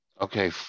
Okay